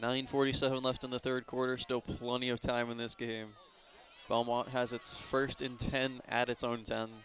nine forty seven left in the third quarter still plenty of time when this game has its first in ten at its own